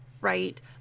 right